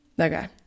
Okay